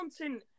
mountain